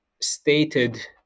stated